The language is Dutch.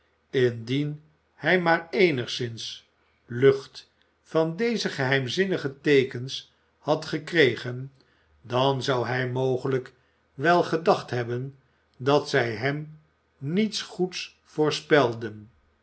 indien hij maar eenigszins lucht van deze geheimzinnige teekens had gekregen dan zou hij mogelijk wel gedacht hebben dat zij hem niets goeds voorspelden